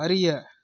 அறிய